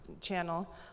channel